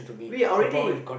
we already